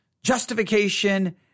justification